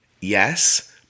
Yes